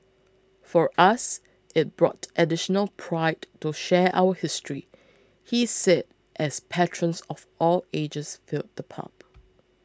for us it brought additional pride to share our history he said as patrons of all ages filled the pub